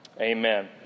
Amen